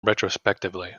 retrospectively